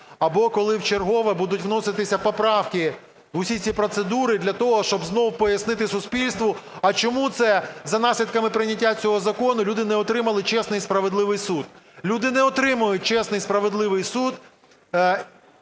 або коли вчергове будуть вноситися поправки в усі ці процедури для того, щоб знову пояснити суспільству, а чому це за наслідками прийняття цього закону люди не отримали чесний і справедливий суд. Люди не отримають чесний і справедливий суд